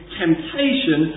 temptation